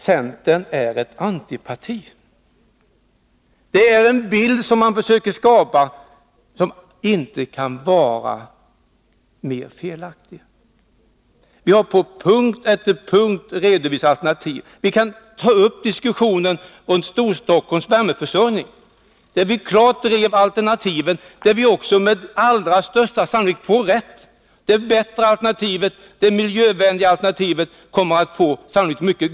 Centern är ett antiparti, säger Per Unckel. Det är en helt felaktig bild som man försöker skapa. Vi har på punkt efter punkt redovisat alternativ. I diskussionen om Storstockholms värmeförsörjning t.ex. lade vi fram klara alternativ. Med största sannolikhet kommer här också det mer miljövänliga alternativet att genomföras.